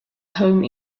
home